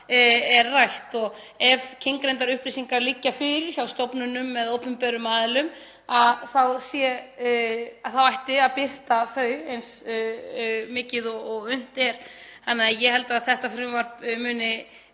er rætt. Ef kyngreindar upplýsingar liggja fyrir hjá stofnunum eða opinberum aðilum þá ætti að birta þær eins mikið og unnt er. Þannig að ég held að þetta frumvarp muni